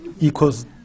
equals